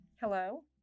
Hello